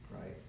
right